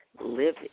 live